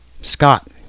Scott